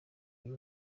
uyu